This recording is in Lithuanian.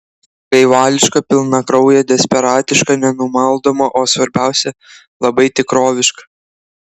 gaivališką pilnakrauję desperatišką nenumaldomą o svarbiausia labai tikrovišką